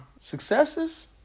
successes